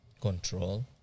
control